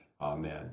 amen